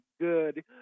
good